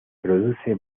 produce